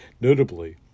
notably